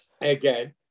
Again